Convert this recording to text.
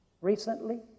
recently